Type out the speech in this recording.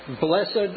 blessed